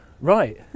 right